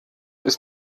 ist